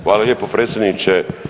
Hvala lijepo predsjedniče.